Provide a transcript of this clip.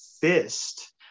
fist